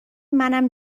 منم